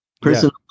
Personal